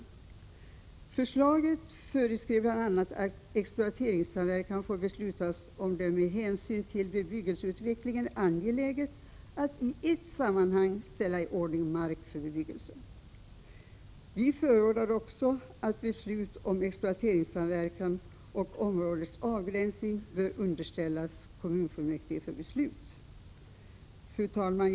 I förslaget föreskrevs bl.a. att exploateringssamverkan får beslutas om det med hänsyn till bebyggelseutvecklingen är angeläget att i ett sammanhang ställa i ordning mark för bebyggelse. Vi förordar också att beslut om exploateringssamverkan och områdesavgränsning bör underställas kommunfullmäktige för beslut. Fru talman!